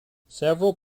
several